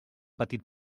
petit